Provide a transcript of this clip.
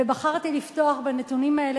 ובחרתי לפתוח בנתונים האלה.